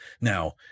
now